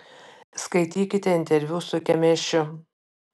skaitykite interviu su kemėšiu